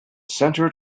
centered